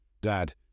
Dad